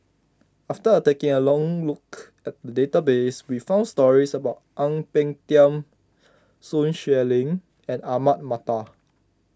after taking a look at the database we found stories about Ang Peng Tiam Sun Xueling and Ahmad Mattar